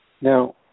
Now